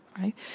right